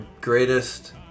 greatest